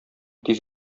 тиз